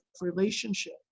relationship